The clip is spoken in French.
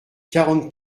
quarante